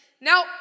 Now